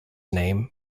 name